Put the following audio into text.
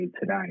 today